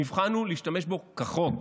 המבחן הוא להשתמש בו כחוק.